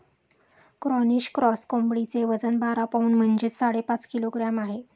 Cornish cross कोंबडीचे वजन बारा पौंड म्हणजेच साडेपाच किलोग्रॅम आहे